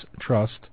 Trust